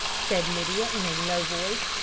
said lydia in a low voice.